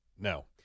No